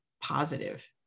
positive